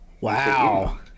Wow